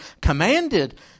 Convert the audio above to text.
commanded